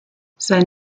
sein